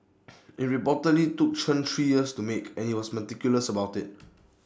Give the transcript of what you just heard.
IT reportedly took Chen three years to make and he was meticulous about IT